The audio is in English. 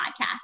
podcast